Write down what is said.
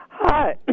Hi